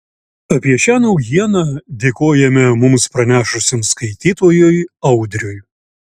apie šią naujieną dėkojame mums pranešusiam skaitytojui audriui